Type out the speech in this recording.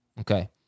Okay